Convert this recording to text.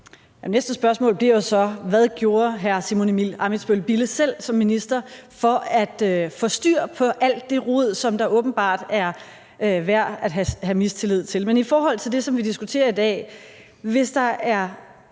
næste spørgsmål bliver jo så: Hvad gjorde hr. Simon Emil Ammitzbøll-Bille selv som minister for at få styr på alt det rod, som der åbenbart er værd at have mistillid til? Men i forhold til det, som vi diskuterer i dag: Hvis der er